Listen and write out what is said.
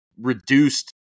reduced